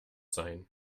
sein